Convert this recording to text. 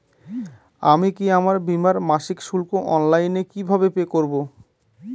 আমি কি আমার বীমার মাসিক শুল্ক অনলাইনে কিভাবে পে করব?